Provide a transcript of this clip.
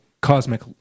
cosmic